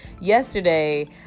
yesterday